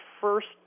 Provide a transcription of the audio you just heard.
first